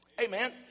Amen